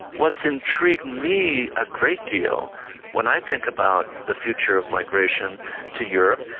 what's intrigued me a great deal when i think about the future of migration to europe,